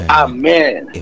amen